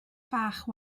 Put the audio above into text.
fach